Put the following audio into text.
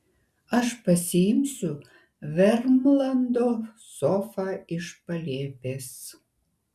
aš pasiimsiu vermlando sofą iš palėpės